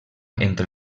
entre